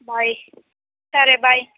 bye సరే bye